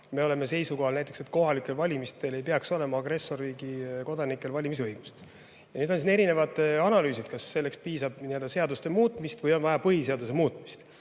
–, on seisukohal, et kohalikel valimistel ei peaks olema agressorriigi kodanikel valimisõigust. Nüüd on siin erinevad analüüsid, kas selleks piisab seaduse muutmisest või on vaja põhiseaduse muutmist.